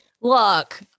Look